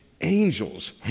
angels